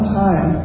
time